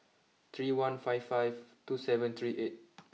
three one five five two seven three eight